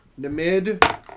Namid